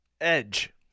Edge